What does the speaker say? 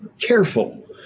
careful